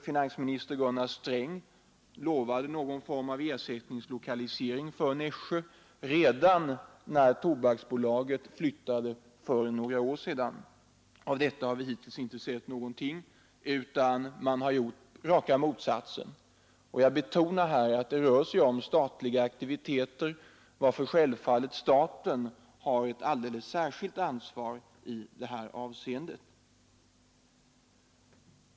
Finansminister Sträng lovade någon form av ersättningslokalisering för Nässjö redan när Tobaksbolaget flyttade för några år sedan. Av detta har vi hittills inte sett någonting, utan bara raka motsatsen. Jag betonar att det rör sig om statliga aktiviteter, varför självfallet staten har ett alldeles särskilt ansvar i detta avseende.